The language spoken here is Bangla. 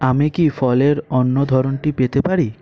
আমি কি ফলের অন্য ধরনটি পেতে পারি